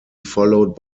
followed